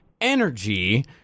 energy